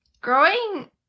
growing